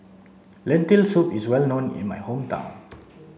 lentil soup is well known in my hometown